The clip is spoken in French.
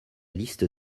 liste